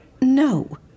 No